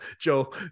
Joe